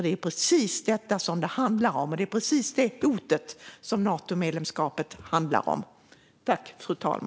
Det är precis detta som det handlar om. Det är precis det hotet som Natomedlemskapet handlar om.